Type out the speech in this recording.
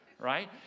Right